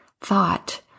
thought